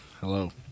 Hello